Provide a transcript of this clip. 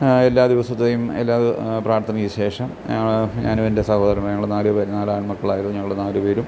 എല്ലാ ദിവസത്തെയും എല്ലാ പ്രാർത്ഥനക്ക് ശേഷം ഞങ്ങൾ ഞാനും എൻ്റെ സഹോദരനും ഞങ്ങൾ നാലുപേര് നാല് ആണ്മക്കളായിരുന്നു ഞങ്ങൾ നാലുപേരും